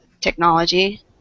technology